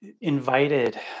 invited